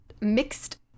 mixed